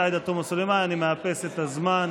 סלימאן, אני מאפס את הזמן.